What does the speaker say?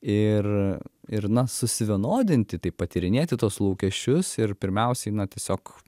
ir ir na susivienodinti tai patyrinėti tuos lūkesčius ir pirmiausiai na tiesiog